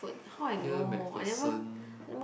here MacPherson